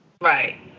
Right